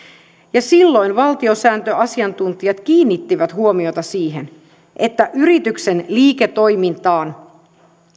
ja silloin valtiosääntöasiantuntijat kiinnittivät huomiota siihen että yrityksen liiketoimintaan